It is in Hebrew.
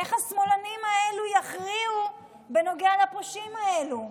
איך השמאלנים האלו יכריעו בנוגע לפושעים האלה?